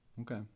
Okay